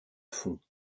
fonds